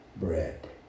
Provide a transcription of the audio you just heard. bread